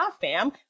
fam